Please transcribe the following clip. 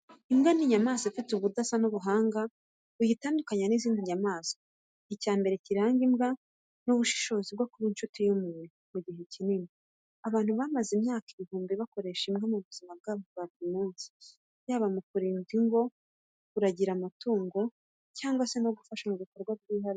Imbwa ni inyamaswa ifite ubudasa n’ubuhanga buyitandukanya n’izindi nyamaswa. Icya mbere kiranga imbwa ni ubushobozi bwo kuba inshuti y’umuntu mu gihe kinini. Abantu bamaze imyaka ibihumbi bakoresha imbwa mu buzima bwabo bwa buri munsi, yaba mu kurinda ingo, kuragira amatungo, cyangwa no gufasha mu bikorwa byihariye.